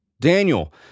Daniel